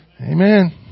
Amen